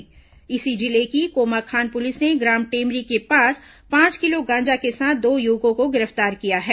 इसी जिले की कोमाखान पुलिस ने ग्राम टेमरी के पास पांच किलो गांजा के साथ दो युवकों को गिरफ्तार किया है